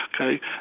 okay